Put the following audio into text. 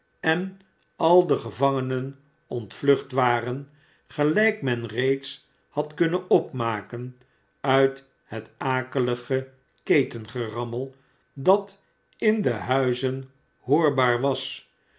en al de gevangenen ontvlucht waren gelijk men reeds had kunnen opmaken uit het akelige ketengerammel dat in de huizen hoorbaar was